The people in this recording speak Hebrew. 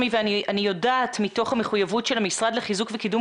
אני יודעת מתוך המחויבות של המשרד לחיזוק וקידום